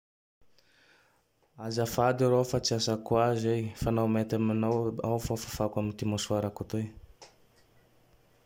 Azafady raho fa tsy asako aze igny fa nao mety aminao ao-ao fa fafako am ty mosoarako toy.